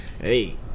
Hey